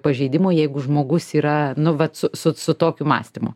pažeidimo jeigu žmogus yra nu vat su su su tokiu mąstymu